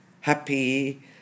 happy